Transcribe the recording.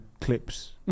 clips